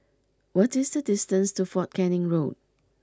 what is the distance to Fort Canning Road